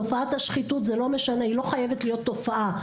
תופעת השחיתות לא חייבת להיות תופעה.